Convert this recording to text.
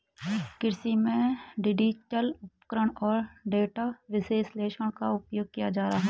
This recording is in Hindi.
कृषि में डिजिटल उपकरण और डेटा विश्लेषण का उपयोग किया जा रहा है